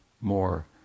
more